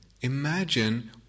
Imagine